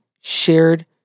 shared